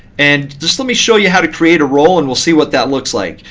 and just let me show you how to create a roll and we'll see what that looks like.